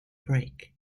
break